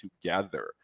together